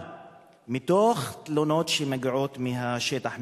אבל מתלונות שמגיעות מהשטח,